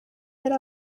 yari